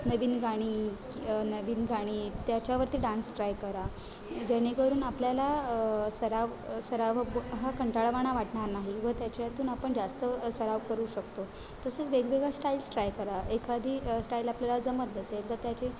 नवीन गाणी नवीन गाणी त्याच्यावरती डान्स ट्राय करा जेणेकरून आपल्याला सराव सराव हा कंटाळावाणा वाटणार नाही व त्याच्यातून आपण जास्त सराव करू शकतो तसेच वेगवेगळ्या स्टाईल्स ट्राय करा एखादी स्टाईल आपल्याला जमत नसेल तर त्याचे